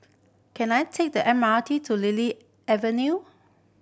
can I take the M R T to Lily Avenue